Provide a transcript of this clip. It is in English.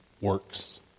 works